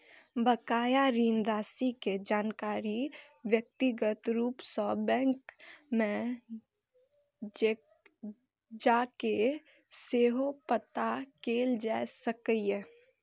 बकाया ऋण राशि के जानकारी व्यक्तिगत रूप सं बैंक मे जाके सेहो पता कैल जा सकैए